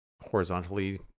horizontally